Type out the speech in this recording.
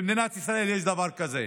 במדינת ישראל יש דבר כזה.